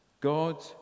God